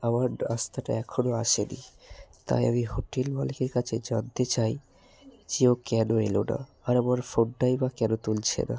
আমার নাস্তাটা এখনো আসে নি তাই আমি হোটেল মালিকের কাছে জানতে চাই যে ও কেন এলো না আর আমার ফোনটাই বা কেন তুলছে না